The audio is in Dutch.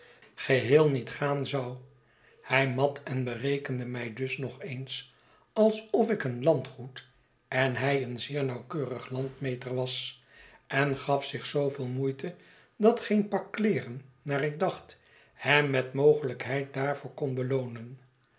geheel niet gaan zou hij mat en berekende mij dus nog eens alsof ik een landgoed en hij een zeer nauwkeurig landmeter was en gaf zich zooveel moeite dat geen pak kleeren naar ik dacht hem met mogelijkheid daarvoor kon beloonen